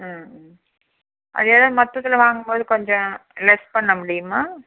ம் ம் அதே மற்றதுல வாங்கும்போது கொஞ்சம் லெஸ் பண்ண முடியுமா